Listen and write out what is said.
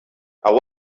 are